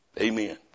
amen